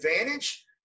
advantage